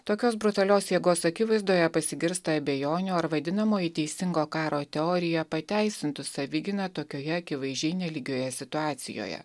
tokios brutalios jėgos akivaizdoje pasigirsta abejonių ar vadinamoji teisingo karo teorija pateisintų savigyną tokioje akivaizdžiai nelygioje situacijoje